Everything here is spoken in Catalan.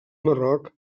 marroc